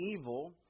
evil